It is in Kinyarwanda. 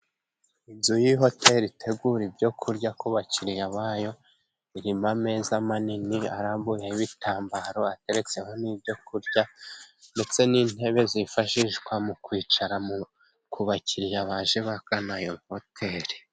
Inzu y'ihoteli itegura ibyo kurya ku bakiriya bayo, irimo ameza manini arambuyeho ibitambaro. Ateretseho n'ibyo kurya ndetse n'intebe zifashishwa mu kwicara ku bakiriya baje bagana iyo hoteri.